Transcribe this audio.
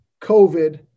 COVID